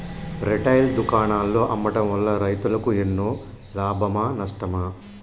Retail దుకాణాల్లో అమ్మడం వల్ల రైతులకు ఎన్నో లాభమా నష్టమా?